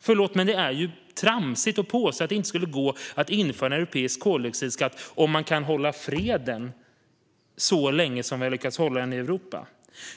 Förlåt, men det är tramsigt att påstå att det inte skulle gå att införa en europeisk koldioxidskatt om man kan hålla freden så länge som vi har lyckats hålla den i Europa.